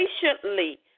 patiently